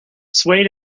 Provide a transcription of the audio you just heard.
swayed